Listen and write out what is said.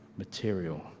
Material